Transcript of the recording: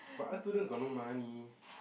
but art student got no money